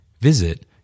Visit